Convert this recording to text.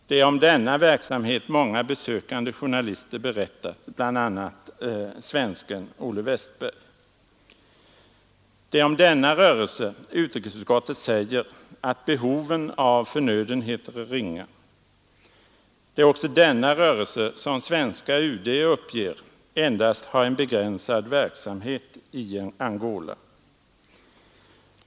Det är om denna verksamhet många besökande journalister berättat, bl.a. svensken Olle Wästberg. Det är om denna rörelse utrikesutskottet säger att behoven av förnödenheter är ringa. Det är också denna rörelse som svenska UD uppger endast har en begränsad verksamhet i Angola.